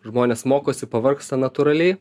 žmonės mokosi pavargsta natūraliai